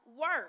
work